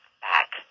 back